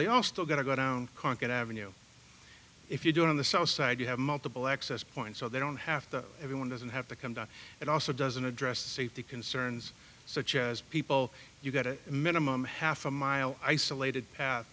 they all still got to go down cancun avenue if you do it on the south side you have multiple access points so they don't have to everyone doesn't have to come down it also doesn't address safety concerns such as people you've got a minimum half a mile isolated path